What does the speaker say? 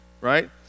right